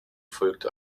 folgt